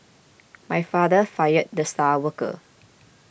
my father fired the star worker